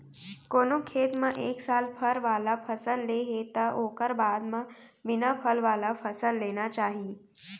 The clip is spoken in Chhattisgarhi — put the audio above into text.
कोनो खेत म एक साल फर वाला फसल ले हे त ओखर बाद म बिना फल वाला फसल लेना चाही